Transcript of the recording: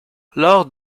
lors